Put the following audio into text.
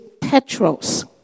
petros